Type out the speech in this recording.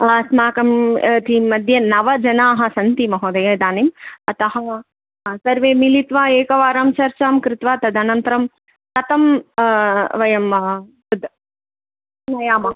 अस्माकं टीं मध्ये नव जनाः सन्ति महोदय इदानीम् अतः सर्वे मिलित्वा एकवारं चर्चां कृत्वा तदनन्तरं कथं वयम् इद् नयामः